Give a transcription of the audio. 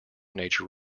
nature